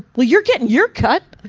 well you're getting your cut.